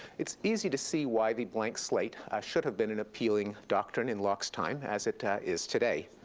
it's easy to see why the blank slate should have been an appealing doctrine in locke's time, as it is today.